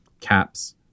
caps